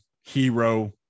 hero